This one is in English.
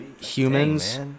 humans